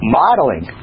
modeling